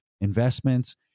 investments